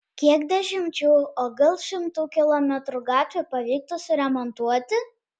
kiek dešimčių o gal šimtų kilometrų gatvių pavyktų suremontuoti